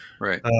right